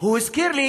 הוא הזכיר לי